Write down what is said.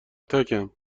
تکم